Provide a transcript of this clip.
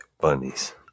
bunnies